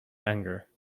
anger